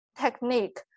technique